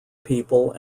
people